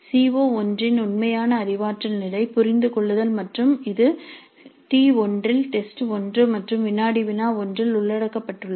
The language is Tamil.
சி ஓ1 இன் உண்மையான அறிவாற்றல் நிலை "புரிந்து கொள்ளுதல்" மற்றும் இது T1 இல் டெஸ்ட் 1 மற்றும் வினாடி வினா 1 இல் உள்ளடக்கப்பட்டுள்ளது